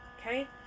Okay